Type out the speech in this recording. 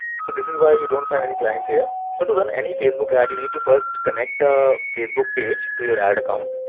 so this is why you don't find any clients here. so to run any facebook ads, you need to first connect a facebook page to your ad account.